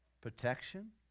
protection